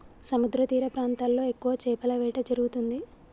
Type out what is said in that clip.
సముద్రతీర ప్రాంతాల్లో ఎక్కువ చేపల వేట జరుగుతుంది